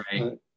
Right